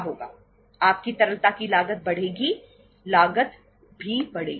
आपकी तरलता की लागत बढ़ेगी लागत भी बढ़ेगी